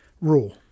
rule